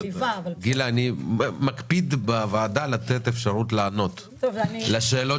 אני מקפיד בוועדה לאפשר לענות תשובות לשאלות